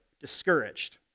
discouraged